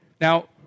Now